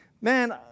man